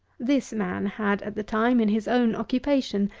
this man had, at the time, in his own occupation,